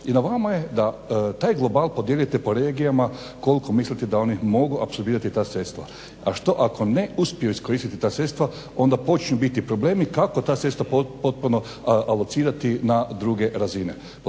I na vama je da taj global podijelite po regijama koliko mislite da oni mogu apsolvirati ta sredstva. A što ako ne uspiju iskoristiti ta sredstva onda počinju biti problemi kako ta sredstva potpuno alocirati na druge razine.